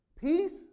Peace